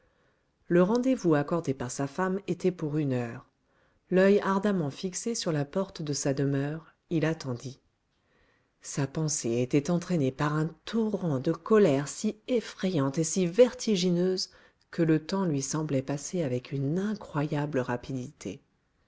le rendez-vous accordé par sa femme était pour une heure l'oeil ardemment fixé sur la porte de sa demeure il attendit sa pensée était entraînée par un torrent de colères si effrayantes et si vertigineuses que le temps lui semblait passer avec une incroyable rapidité